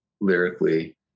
lyrically